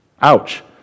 Ouch